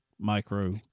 micro